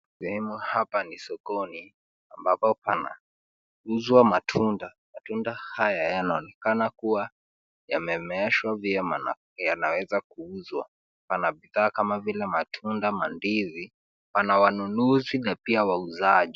Sehemu hapa ni sokoni ambapo panauzwa matunda. Matunda haya yanaonekana kuwa yamemeeshwa vyema na yanaweza kuuzwa. Pana bidhaa kama vile matunda, mandizi. Pana wanunuzi na pia wauzaji.